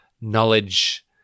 knowledge